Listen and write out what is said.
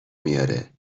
میاره